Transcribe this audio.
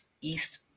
east